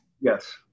Yes